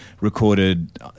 recorded